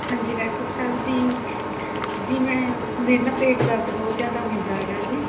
ਹਾਂਜੀ ਡਾਕਟਰ ਸਾਹਿਬ ਜੀ ਜੀ ਮੈਂ ਮੇਰੇ ਨਾ ਪੇਟ ਦਰਦ ਬਹੁਤ ਜ਼ਿਆਦਾ ਹੁੰਦਾ ਗਾ ਜੀ